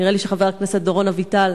נראה לי שחבר הכנסת דורון אביטל,